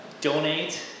Donate